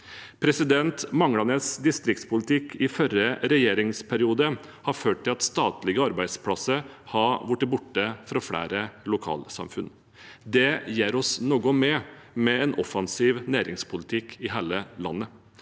landet. Manglende distriktspolitikk i forrige regjeringsperiode har ført til at statlige arbeidsplasser har blitt borte fra flere lokalsamfunn. Det gjør vi noe med gjennom en offensiv næringspolitikk i hele landet.